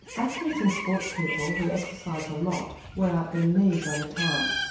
athletes and sports people who exercise a lot wear out their knees over time,